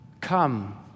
come